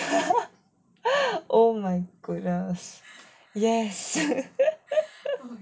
oh my goodness yes